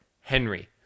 Henry